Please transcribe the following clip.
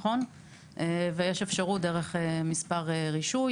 ויש אפשרות באמצעות מספר הרישוי,